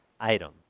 item